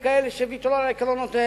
של כאלה שוויתרו על עקרונותיהם.